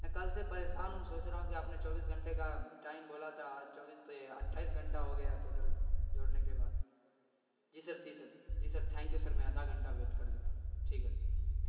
میں کل سے پریشان ہوں سوچ رہا ہوں کہ آپ نے چوبیس گھنٹے کا ٹائم بولا تھا آج چوبیس تو یہ اٹھائیس گھنٹہ ہو گیا ٹوٹل جوڑنے کے بعد جی سر سی سر جی سر تھینک یو سر میں آدھا گھنٹہ ویٹ کر لیتا ہوں ٹھیک ہے سر